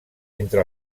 entre